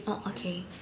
oh okay